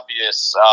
obvious